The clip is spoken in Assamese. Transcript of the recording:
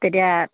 তেতিয়া